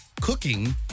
cooking